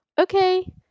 okay